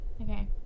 Okay